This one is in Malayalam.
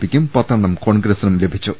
പിക്കും പത്തെണ്ണം കോൺഗ്ര സിനും ലഭിച്ചു